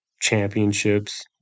championships